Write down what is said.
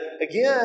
again